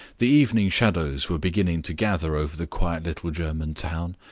the evening shadows were beginning to gather over the quiet little german town,